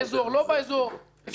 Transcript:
לא באזור אפשר לדון.